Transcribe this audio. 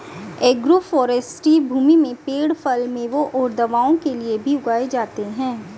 agroforestry भूमि में पेड़ फल, मेवों और दवाओं के लिए भी उगाए जाते है